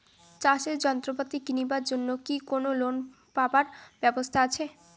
চাষের যন্ত্রপাতি কিনিবার জন্য কি কোনো লোন পাবার ব্যবস্থা আসে?